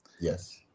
Yes